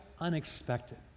unexpected